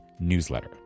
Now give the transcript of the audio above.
newsletter